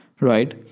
right